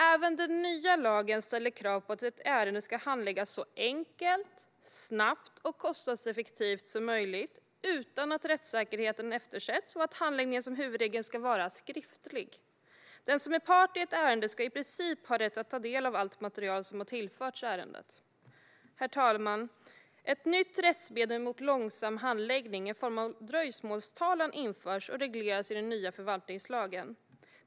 Även den nya lagen ställer krav på att ett ärende ska handläggas så enkelt, snabbt och kostnadseffektivt som möjligt, utan att rättssäkerheten eftersätts, och att handläggningen som huvudregel ska vara skriftlig. Den som är part i ett ärende ska i princip ha rätt att ta del av allt material som har tillförts ärendet. Herr talman! Ett nytt rättsmedel mot långsam handläggning, en form av dröjsmålstalan, införs och regleras i den nya förvaltningslagen.